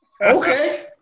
Okay